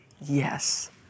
yes